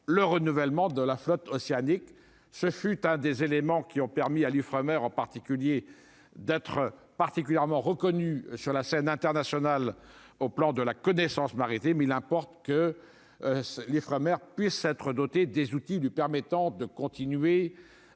le renouvellement de la flotte océanique, ce fut un des éléments qui ont permis à l'Ifremer, en particulier d'être particulièrement reconnu sur la scène internationale, au plan de la connaissance m'arrêter mais il importe que l'Ifremer puisse être dotée des outils du permettant de continuer